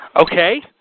Okay